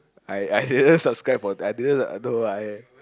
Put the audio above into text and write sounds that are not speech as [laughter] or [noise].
I I [laughs] didn't subscribe for that I didn't no I